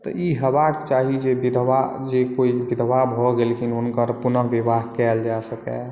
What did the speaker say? त ई हेबाक चाही जे विधवा जे कोइ विधवा भऽ गेलखिन हुनकर पुन विवाह कायल जा सकए